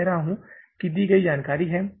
मैं कह रहा हूं कि यह दी गई जानकारी है